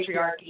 patriarchy